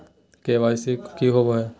KYC की होबो है?